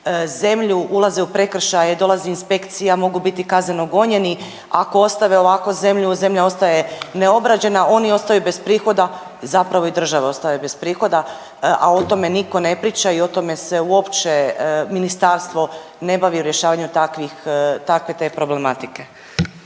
zemlju ulaze u prekršaje, dolazi inspekcija, mogu biti kazneno gonjeni. Ako ostave ovako zemlju, zemlja ostaje neobrađena oni ostaju bez prihoda zapravo i država ostaje bez prihoda, a o tome nitko ne priča i o tome se uopće ministarstvo ne bavi rješavanjem takve i te problematike.